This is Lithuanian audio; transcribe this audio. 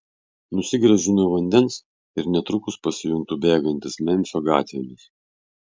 nusigręžiu nuo vandens ir netrukus pasijuntu bėgantis memfio gatvėmis